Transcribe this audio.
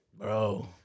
Bro